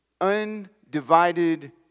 undivided